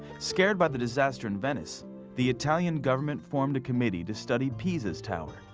scared by the disaster in venice the italian government formed a committee to study pisa's tower.